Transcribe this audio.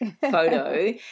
photo